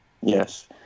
Yes